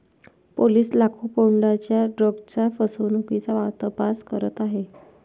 police लाखो पौंडांच्या ड्रग्जच्या फसवणुकीचा तपास करत आहेत